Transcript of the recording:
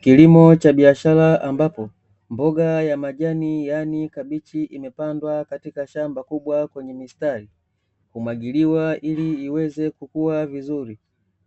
Kilimo cha biashara ambapo, mboga ya majani yani kabichi imepandwa katika shamba kubwa kwenye mistari, humwagiliwa ili iweze kukua vizuri